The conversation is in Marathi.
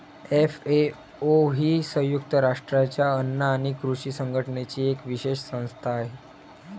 एफ.ए.ओ ही संयुक्त राष्ट्रांच्या अन्न आणि कृषी संघटनेची एक विशेष संस्था आहे